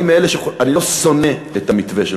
אני לא שונא את המתווה שלך,